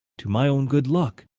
to my own good luck,